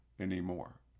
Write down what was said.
anymore